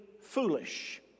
foolish